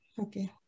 Okay